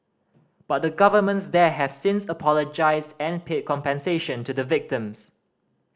but the governments there have since apologised and paid compensation to the victims